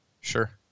Sure